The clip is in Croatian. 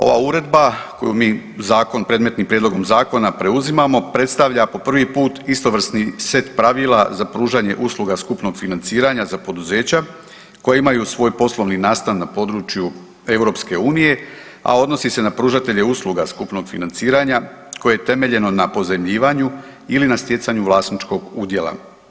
Ova Uredba koju mi, zakon, predmetnim prijedlogom Zakona preuzimamo predstavlja po prvi put istovrsni set pravila za pružanje usluga skupnog financiranja za poduzeća koja imaju svoj poslovni nastan na području EU, a odnosi se na pružatelje usluge skupnog financiranja koje je temeljeno na pozajmljivanju ili na stjecanju vlasničkog udjela.